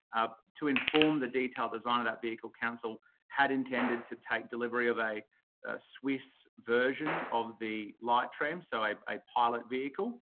ah to inform the detailed design of that vehicle, council had intended to take delivery of a swiss version of the light tram, so a pilot vehicle.